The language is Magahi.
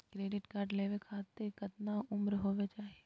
क्रेडिट कार्ड लेवे खातीर कतना उम्र होवे चाही?